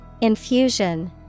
Infusion